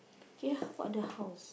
K how about the house